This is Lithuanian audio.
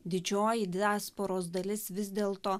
didžioji diasporos dalis vis dėl to